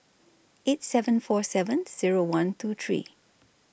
eight seven four seven Zero one two three